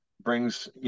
brings